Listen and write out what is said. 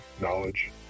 Knowledge